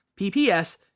PPS